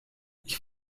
ich